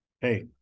hey